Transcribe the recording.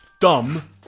dumb